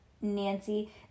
nancy